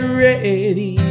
ready